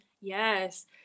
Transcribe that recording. Yes